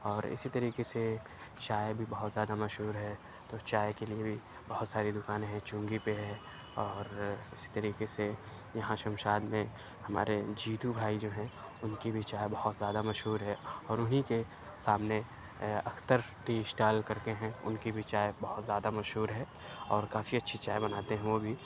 اور اِسی طریقے سے چائے بھی بہت زیادہ مشہور ہے تو چائے کے لیے بھی بہت ساری دُکانیں ہیں چُنگی پہ ہے اور اِسی طریقے سے یہاں شمشاد میں ہمارے جیتو بھائی جو ہیں اُن کی بھی چائے بہت زیادہ مشہور ہے اور اُنہی کے سامنے اختر ٹی اسٹال کر کے ہیں اُن کی بھی چائے بہت زیادہ مشہور ہے اور کافی اچھی چائے بناتے ہیں وہ بھی